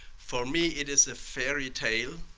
for me it is a fairy tale